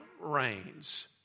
reigns